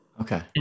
Okay